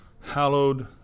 Hallowed